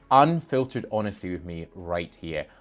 unfiltered honesty with me right here.